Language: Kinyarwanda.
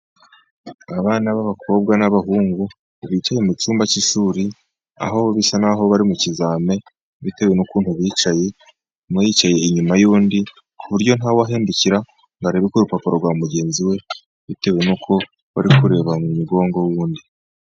Abana b'abakobwa n'abahungu bicaye mu cyumba cy'ishuri, aho bisa naho bari mu kizamini bitewe n'ukuntu bicaye, umwe yicaye inyuma y'undi ku buryo ntawahindukira ngo arebe ku rupapuro rwa mugenzi we, bitewe n'uko bari kureba mu mugongo w'undi.